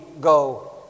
go